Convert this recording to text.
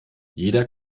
jeder